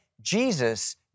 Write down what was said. Jesus